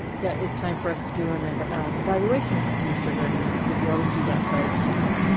there is time for us to do on an evaluation for mr. gregory, because we always do that prior to the board,